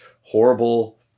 horrible